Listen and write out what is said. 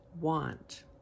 want